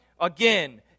again